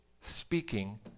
speaking